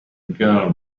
girl